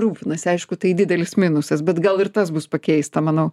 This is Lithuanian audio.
rūpinasi aišku tai didelis minusas bet gal ir tas bus pakeista manau